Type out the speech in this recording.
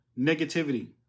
negativity